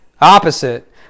opposite